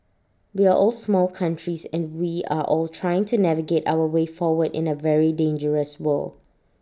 we are all small countries and we are all trying to navigate our way forward in A very dangerous world